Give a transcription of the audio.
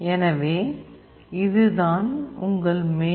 எனவே இதுதான் உங்கள் மெயின்